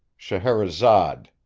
scheherazade,